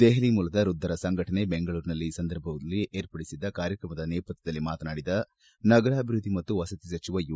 ದೆಹಲಿ ಮೂಲದ ವೃದ್ದರ ಸಂಘಟನೆ ಬೆಂಗಳೂರಿನಲ್ಲಿ ಈ ಸಂದರ್ಭವಾಗಿ ಏರ್ಪಡಿಸಿದ್ದ ಕಾರ್ಯಕ್ರಮದ ನೇಪಥ್ಯದಲ್ಲಿ ಮಾತನಾಡಿದ ನಗರಾಭಿವೃದ್ದಿ ಮತ್ತು ವಸತಿ ಸಚಿವ ಯು